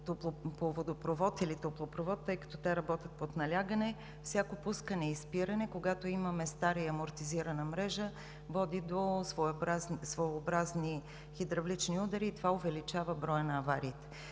водопровод или топлопровод, тъй като те работят под налягане, всяко пускане и спиране, когато имаме стара и амортизирана мрежа, води до своеобразни хидравлични удари и това увеличава броя на авариите.